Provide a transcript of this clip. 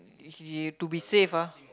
uh to be safe ah